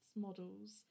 models